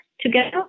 together